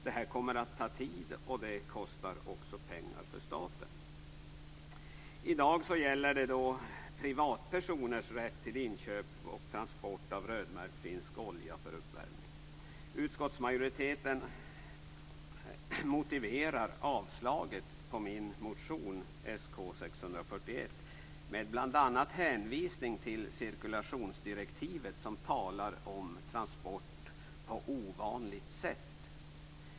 Det här kommer att ta tid, och det kostar också pengar för staten. I dag gäller det privatpersoners rätt till inköp och transport av rödmärkt finsk olja för uppvärmning. Utskottsmajoriteten motiverar avstyrkandet av min motion Sk641 med bl.a. hänvisning till cirkulationsdirektivet som talar om transport på ovanligt sätt.